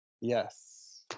Yes